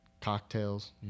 cocktails